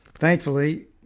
Thankfully